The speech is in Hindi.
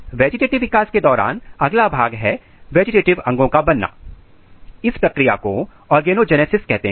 वेजिटेटिव विकास के दौरान अगला भाग है वेजिटेटिव अंगों का बनना इस प्रक्रिया को ऑर्गेनोजेनेसिस कहते हैं